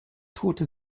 tourte